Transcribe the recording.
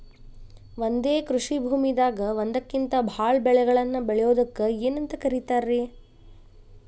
ಒಂದೇ ಕೃಷಿ ಭೂಮಿದಾಗ ಒಂದಕ್ಕಿಂತ ಭಾಳ ಬೆಳೆಗಳನ್ನ ಬೆಳೆಯುವುದಕ್ಕ ಏನಂತ ಕರಿತಾರೇ?